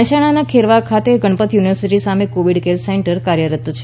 મહેસાણાના ખેરવા ખાતે ગણપત યુનિવર્સિટી સામે કોવિડ કેર સેન્ટર કાર્યરત છે